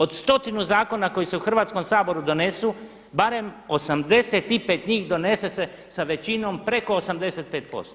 Od stotinu zakona koji se u Hrvatskom saboru donesu barem 85 njih donese se sa većinom preko 85%